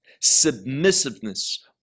submissiveness